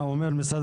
חותמת.